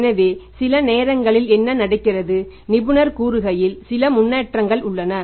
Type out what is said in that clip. எனவே சில நேரங்களில் என்ன நடக்கிறது நிபுணர் கூறுகையில் சில முன்னேற்றங்கள் உள்ளன